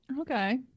okay